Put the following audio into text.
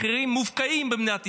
מחירים מופקעים במדינת ישראל.